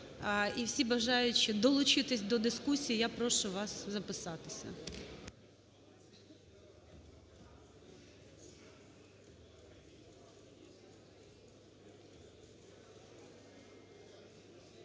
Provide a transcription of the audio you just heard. і, всі бажаючі долучитись до дискусії, я прошу вас записатися.